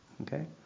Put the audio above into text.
Okay